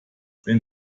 wenn